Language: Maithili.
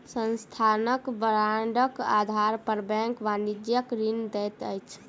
संस्थानक बांडक आधार पर बैंक वाणिज्यक ऋण दैत अछि